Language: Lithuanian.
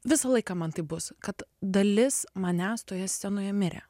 visą laiką man taip bus kad dalis manęs toje scenoje mirė